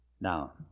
Now